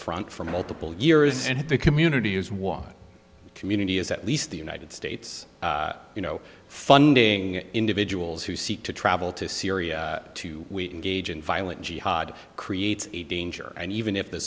front for multiple years and the community is one community is at least the united states you know funding individuals who seek to travel to syria to gauge in violent jihad creates a danger and even if